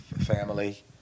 Family